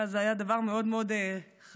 זה היה דבר מאוד מאוד חדשני,